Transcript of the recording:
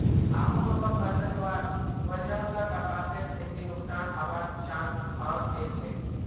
आबोहवा बदलवार वजह स कपासेर खेती नुकसान हबार चांस हैं गेलछेक